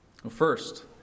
First